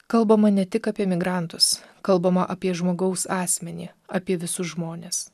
kalbama ne tik apie migrantus kalbama apie žmogaus asmenį apie visus žmones